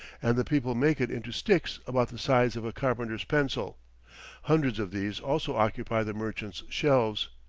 and the people make it into sticks about the size of a carpenter's pencil hundreds of these also occupy the merchant's shelves.